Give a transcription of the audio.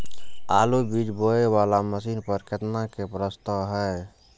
आलु बीज बोये वाला मशीन पर केतना के प्रस्ताव हय?